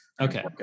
okay